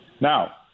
Now